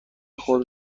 خود